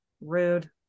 Rude